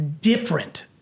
different